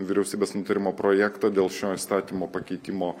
vyriausybės nutarimo projektą dėl šio įstatymo pakeitimo